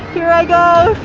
here i go!